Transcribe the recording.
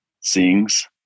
sings